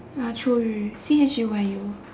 uh chu yu C H U Y U